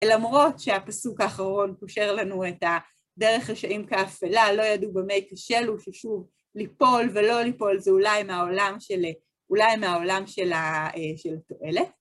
למרות שהפסוק האחרון קושר לנו את הדרך רשעים כאפלה, לא ידעו במה יכשלו ששוב ליפול ולא ליפול זה אולי מהעולם של התועלת,